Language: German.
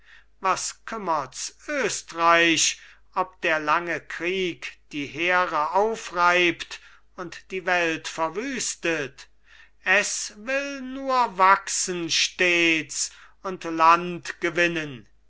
was kümmerts östreich ob der lange krieg die heere aufreibt und die welt verwüstet es will nur wachsen stets und land gewinnen